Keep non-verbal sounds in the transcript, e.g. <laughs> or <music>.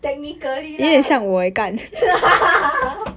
technically lah <laughs> there's